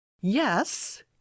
Yes